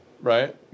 right